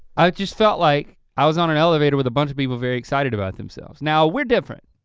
i just felt like i was on an elevator with a bunch of people very excited about themselves. now we're different.